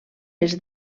els